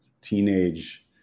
teenage